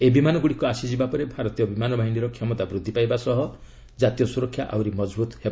ଏହି ବିମାନ ଗୁଡ଼ିକ ଆସିଯିବା ପରେ ଭାରତୀୟ ବିମାନ ବାହିନୀର କ୍ଷମତା ବୃଦ୍ଧି ପାଇବା ସହ ଜାତୀୟ ସ୍ୱରକ୍ଷା ଆହୁରି ମଜବୃତ ହେବ